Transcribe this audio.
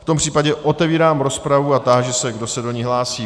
V tom případě otevírám rozpravu a táži se, kdo se do ní hlásí.